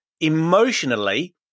Emotionally